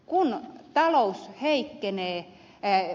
kun talous heikkenee e